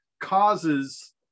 causes